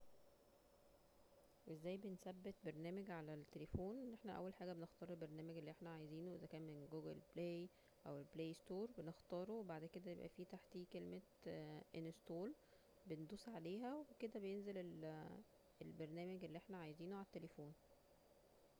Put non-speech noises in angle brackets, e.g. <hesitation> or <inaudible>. ازاي بنثبت برنامج على التليفون أن احنا أول حاجة بنختار البرنامج اللي احنا عاوزينه إذا كان من جوجل بلاي أو من بلاي ستور بنختاره بعدين بيبقا في تحتيه كلمه انستول بندوس علها وكده بينزل ال <hesitation> البرنامج اللي احنا عايزينه عالتليفون